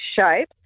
shape